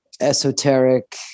esoteric